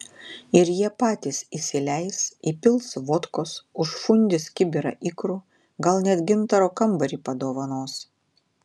ir jie patys įsileis įpils vodkos užfundys kibirą ikrų gal net gintaro kambarį padovanos